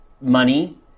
money